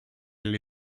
gli